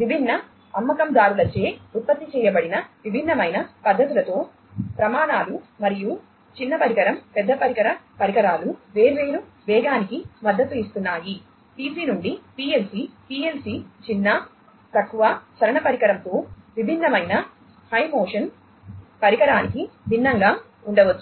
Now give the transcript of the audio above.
విభిన్న అమ్మకందారులచే ఉత్పత్తి చేయబడిన విభిన్నమైన మద్దతుతో ప్రమాణాలు మరియు చిన్న పరికరం పెద్ద పరికరాలు వేర్వేరు వేగానికి మద్దతు ఇస్తున్నాయి పిసి నుండి పిఎల్సి పిఎల్సి చిన్న తక్కువ చలన పరికరంతో విభిన్నమైన హై మోషన్ పరికరానికి భిన్నంగా ఉండవచ్చు